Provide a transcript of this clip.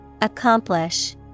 Accomplish